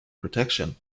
protection